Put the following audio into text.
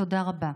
תודה רבה.